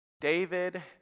David